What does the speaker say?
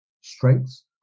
strengths